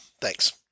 Thanks